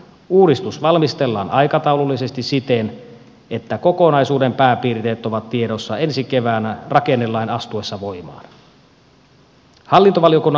uudistus valmistellaan aikataulullisesti siten että kokonaisuuden pääpiirteet ovat tiedossa ensi keväänä rakennelain astuessa voimaan